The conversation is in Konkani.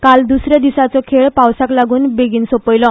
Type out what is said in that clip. काल द्स या दिसाचो खेळ पावसाक लागून बेगीन सोपयलो